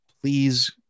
please